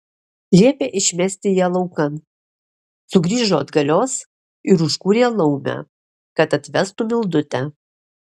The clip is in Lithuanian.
liepė išmesti ją laukan sugrįžo atgalios ir užkūrė laumę kad atvestų mildutę